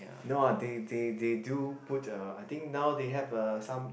no ah they they they do put uh I think now they have uh some